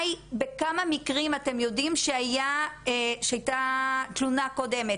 היא בכמה מקרים אתם יודעים שהיתה תלונה קודמת.